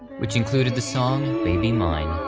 which included the song baby mine.